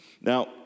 Now